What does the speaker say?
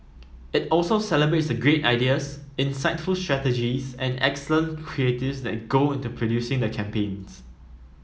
it also celebrates the great ideas insightful strategies and excellent creatives that go into producing the campaigns